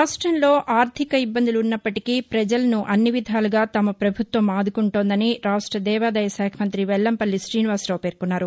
రాష్టము లో అర్ధిక ఇబ్బందులు ఉన్నపటికీ పజలను అన్ని విధాలుగా తమ పభుత్వం ఆదుకొంటోందని రాష్ట దేవాదాయ శాఖ మంతి వెలంపల్లి తీనివాసరావు పేర్కొన్నారు